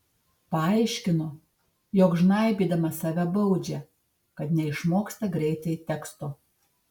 paaiškino jog žnaibydama save baudžia kad neišmoksta greitai teksto